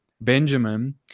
Benjamin